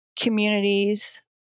communities